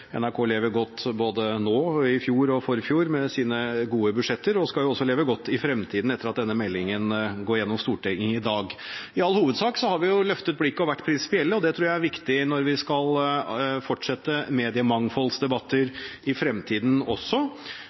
NRK lever godt – både nå, i fjor og forfjor – med sine gode budsjetter, og at de også skal leve godt i fremtiden, etter at denne meldingen går igjennom i Stortinget i dag. I all hovedsak har vi løftet blikket og vært prinsipielle, og det tror jeg er viktig når vi skal fortsette mediemangfoldsdebatter i fremtiden også.